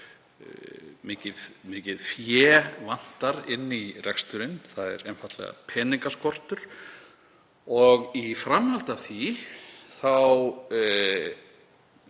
mikið fé vantar inn í reksturinn, þar er einfaldlega peningaskortur. Í framhaldi af því er